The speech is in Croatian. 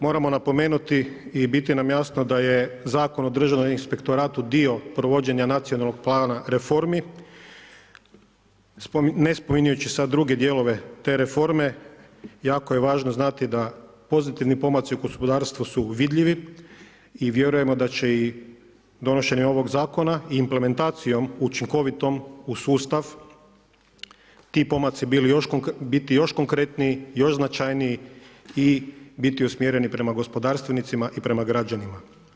Moramo napomenuti i biti nam jasno da je Zakon o državnom inspektoratu dio provođenja Nacionalnog plana reformi, ne spominjati ću sada druge dijelove te reforme, jako je važno znati da pozitivni pomaci u gospodarstvu su vidljivi i vjerujemo da će i donošenje ovog Zakona implementacijom učinkovitom u sustav ti pomaci biti još konkretniji, još značajniji i biti usmjereni prema gospodarstvenicima i prema građanima.